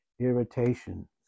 irritation